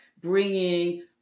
bringing